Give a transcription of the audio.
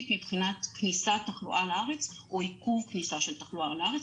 מבחינת כניסת תחלואה לארץ או עיכוב כניסה של תחלואה לארץ.